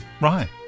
Right